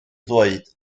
ddweud